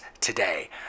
today